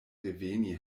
reveni